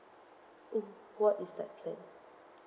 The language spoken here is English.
oh what is that plan